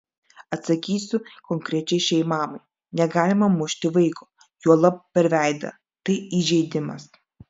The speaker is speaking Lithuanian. atsakysiu konkrečiai šiai mamai negalima mušti vaiko juolab per veidą tai įžeidimas